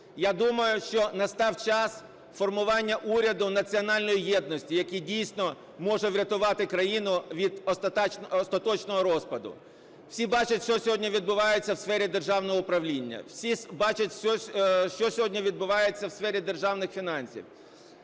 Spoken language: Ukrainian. Я думаю, що настав час формування уряду національної єдності, який дійсно може врятувати країну від остаточного розпаду. Всі бачать, що сьогодні відбувається в сфері державного управління. Всі бачать, що сьогодні відбувається в сфері державних фінансів.